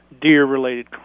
deer-related